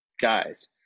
guys